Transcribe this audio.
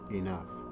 enough